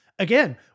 Again